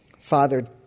Father